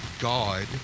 God